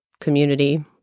community